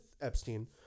Epstein